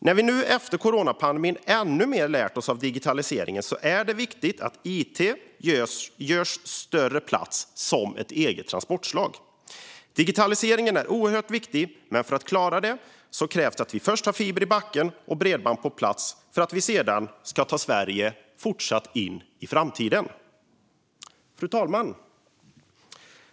När vi efter coronapandemin lärt oss ännu mer av digitaliseringen är det viktigt att it ges större plats som transportslag. Digitaliseringen är oerhört viktig, men för att klara den krävs det att vi först har fiber i backen och bredband på plats. Först då kan vi fortsätta att ta Sverige in i framtiden. Fru talman!